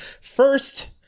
first